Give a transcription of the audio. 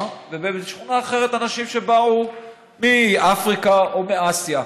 ובשכונה אחרת אנשים שבאו מאפריקה או מאסיה.